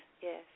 yes